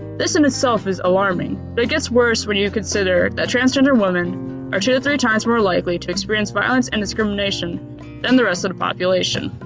this in itself is alarming, but it gets worse when you consider a transgender woman are two to three times more likely to experience violence and discrimination than the rest of the population.